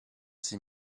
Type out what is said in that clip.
six